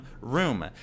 room